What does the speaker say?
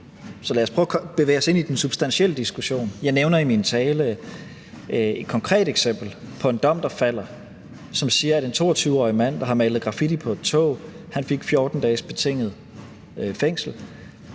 Så lad os prøve at bevæge os lidt ind i den substantielle diskussion. Jeg nævner i min tale et konkret eksempel på en dom, der er faldet, som siger, at en 22-årig mand, der har malet graffiti på et tog, har fået 14 dages betinget fængsel.